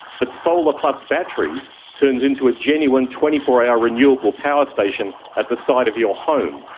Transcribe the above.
but solar plus batteries turns into a genuine twenty four hour renewable power station at the site of your home,